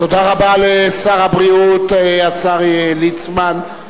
תודה רבה לשר הבריאות, השר ליצמן.